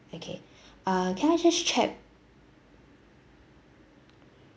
okay ah can I just check